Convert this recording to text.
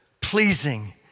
pleasing